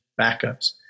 backups